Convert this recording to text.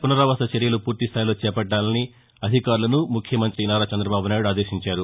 పునరావాస చర్యలు పూర్తిస్థాయిలో చేపట్టాలని అధికారులను ముఖ్యమంతి నారా చందబాబు నాయుడు ఆదేశించారు